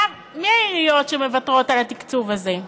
עכשיו, מי העיריות שמוותרות על התקציב הזה?